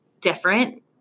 different